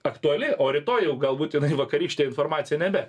aktuali o rytoj jau galbūt jinai vakarykštė informacija nebe